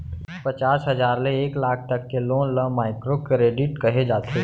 पचास हजार ले एक लाख तक लोन ल माइक्रो करेडिट कहे जाथे